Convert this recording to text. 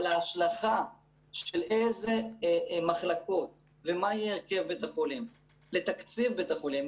אבל ההשלכה של אילו מחלקות ומה יהיה הרכב בית החולים לתקציב בית החולים,